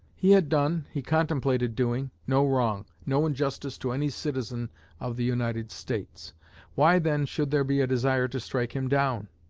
he had done, he contemplated doing, no wrong, no injustice to any citizen of the united states why then should there be a desire to strike him down?